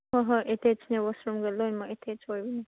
ꯍꯣꯏ ꯍꯣꯏ ꯑꯦꯇꯦꯁꯅꯦ ꯋꯥꯁꯔꯨꯝꯒ ꯂꯣꯏꯅꯃꯛ ꯑꯦꯇꯦꯁ ꯑꯣꯏꯕꯅꯤ